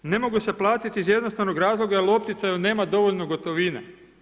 Ne mogu se platit iz jednostavnog zakona jer u opticaju nema dovoljno gotovine.